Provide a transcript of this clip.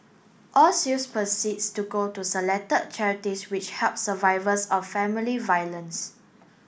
all sales proceeds to go to selected charities which help survivors of family violence